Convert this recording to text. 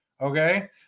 okay